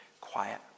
quiet